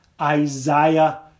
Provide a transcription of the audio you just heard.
Isaiah